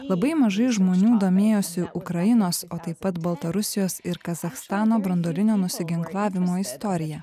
labai mažai žmonių domėjosi ukrainos o taip pat baltarusijos ir kazachstano branduolinio nusiginklavimo istorija